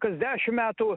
kas dešim metų